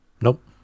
nope